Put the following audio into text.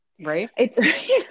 right